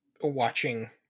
watching